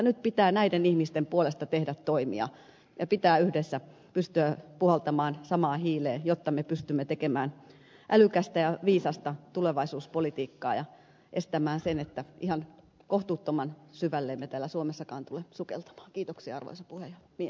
nyt pitää näiden ihmisten puolesta tehdä toimia ja pitää yhdessä pystyä puhaltamaan samaan hiileen jotta me pystymme tekemään älykästä ja viisasta tulevaisuuspolitiikkaa ja takaamaan sen että ihan kohtuuttoman syvälle emme täällä suomessakaan tule sukeltamaan